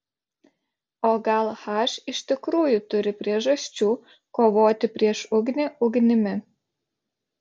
o gal h iš tikrųjų turi priežasčių kovoti prieš ugnį ugnimi